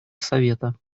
совета